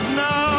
now